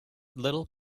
little